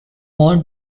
more